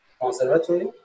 conservatory